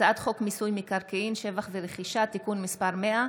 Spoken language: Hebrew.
הצעת חוק מיסוי מקרקעין (שבח ורכישה) (תיקון מס' 100),